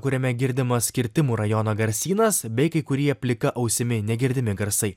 kuriame girdimas kirtimų rajono garsynas bei kai kurie plika ausimi negirdimi garsai